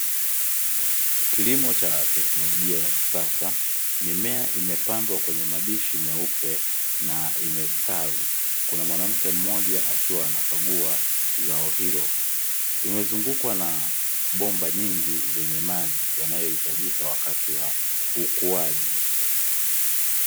Kilimo cha teknolojia ya kisasa. Mimea imepandwa kwenye madishi meupe na imestawi. Kuna mwanamke mmoja akiwa anakagua zao hilo, limezungukwa na bomba nyingi zenye maji yanayo hitajika wakati wa ukuaji.